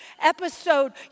Episode